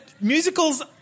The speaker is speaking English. Musicals